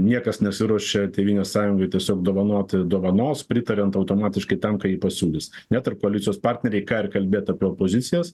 niekas nesiruošia tėvynės sąjungai tiesiog dovanoti dovanos pritariant automatiškai tam ką ji pasiūlys net ir koalicijos partneriai ką ir kalbėt apie opozicijas